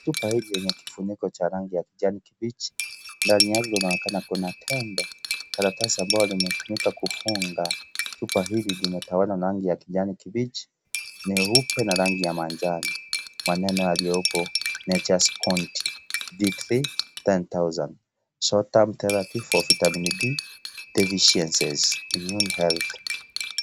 Chupa hili lenye kifuniko cha rangi ya kijani kibichi , ndani yake linaonekana kuna tembe. Karatasi ambayo limetumika kufunga chupa hili limetawalwa na rangi ya kijani kibichi, nyeupe na rangi ya manjano. Maneno yaliyopo nature's bounty D3 10000mg short term therapy for vitamin D deficiencies immune health .